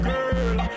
Girl